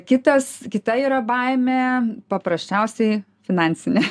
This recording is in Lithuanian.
kitas kita yra baimė paprasčiausiai finansinė